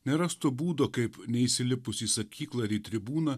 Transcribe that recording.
nerastų būdo kaip neįsilipus į sakyklą ar į tribūną